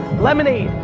lemonade,